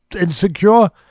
insecure